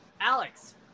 Alex